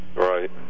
Right